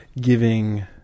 giving